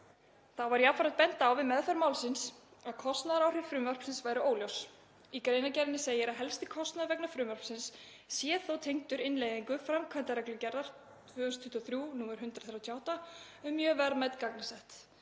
Þá var jafnframt bent á við meðferð málsins að kostnaðaráhrif frumvarpsins væru óljós. Í greinargerðinni segir að helsti kostnaður vegna frumvarpsins sé þó tengdur innleiðingu framkvæmdarreglugerðar (ESB) 2023/138, um mjög verðmæt gagnasett.